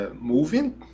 moving